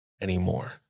anymore